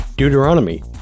Deuteronomy